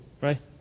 right